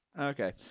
Okay